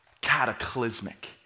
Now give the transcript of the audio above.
cataclysmic